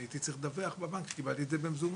הייתי צריך לדווח בבנק שקיבלתי את זה במזומן.